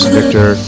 Victor